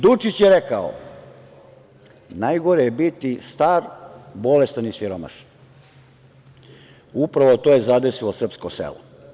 Dučić je rekao: „Najgore je biti star, bolestan i siromašan.“ Upravo to je zadesilo srpsko selo.